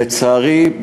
לצערי,